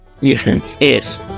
Yes